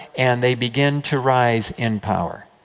and they begin to rise in power.